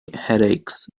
headaches